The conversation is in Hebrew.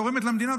תורמת למדינה,